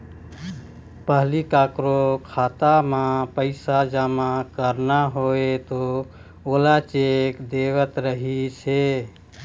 पहिली कखरो खाता म पइसा जमा करना होवय त ओला चेक देवत रहिस हे